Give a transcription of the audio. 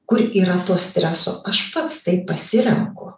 kur yra to streso aš pats tai pasirenku